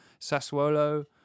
Sassuolo